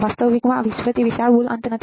વાસ્તવિક માં વિશ્વ તે વિશાળ બુલ અનંત નથી